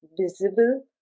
visible